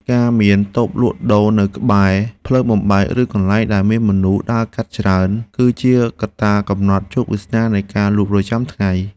ការមានតូបលក់ដូរនៅក្បែរផ្លូវបំបែក ឬកន្លែងដែលមានមនុស្សដើរកាត់ច្រើន គឺជាកត្តាកំណត់ជោគវាសនានៃការលក់ប្រចាំថ្ងៃ។